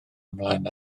ymlaen